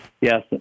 yes